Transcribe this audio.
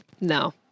No